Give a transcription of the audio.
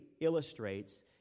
illustrates